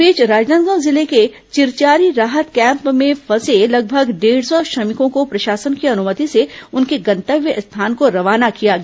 इस बीच राजनांदगांव जिले के चिरचारी राहत कैम्प में फंसे लगभग डेढ़ सौ श्रमिकों को प्रशासन की अनुमति से उनके गंतव्य स्थान को रवाना किया गया